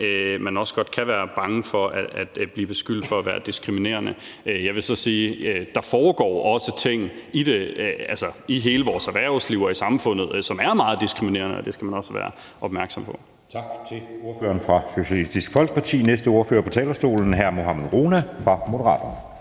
man også godt kan være bange for at blive beskyldt for at være diskriminerende. Jeg vil så sige, at der også foregår ting i hele vores erhvervsliv og i samfundet, som er meget diskriminerende, og det skal man også være opmærksom på. Kl. 13:21 Anden næstformand (Jeppe Søe): Tak til ordføreren fra Socialistisk Folkeparti. Næste ordfører er hr. Mohammad Rona fra Moderaterne.